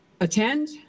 attend